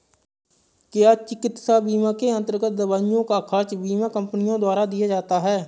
क्या चिकित्सा बीमा के अन्तर्गत दवाइयों का खर्च बीमा कंपनियों द्वारा दिया जाता है?